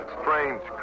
strange